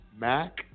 Mac